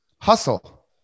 Hustle